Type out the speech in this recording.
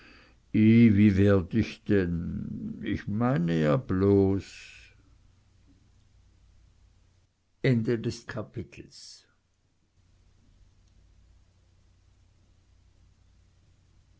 wie werd ich denn ich meine ja bloß neuntes kapitel